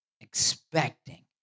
expecting